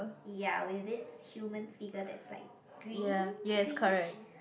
ya with this human figure that's like green greenish